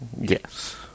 Yes